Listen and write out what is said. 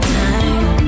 time